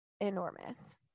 enormous